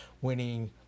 winning